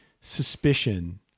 suspicion